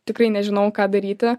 tikrai nežinojau ką daryti